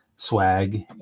swag